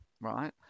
right